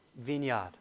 vineyard